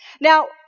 Now